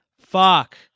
fuck